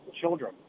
children